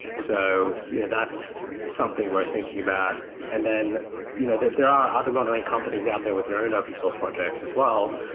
so you know that's something we're thinking about and then you know there are other motoring companies out there with their own open source projects as well.